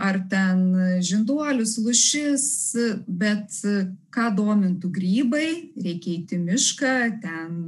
ar ten žinduolius lūšis bet ką domintų grybai reikia eiti mišką ten